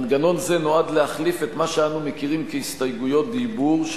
מנגנון זה נועד להחליף את מה שאנו מכירים כהסתייגויות דיבור,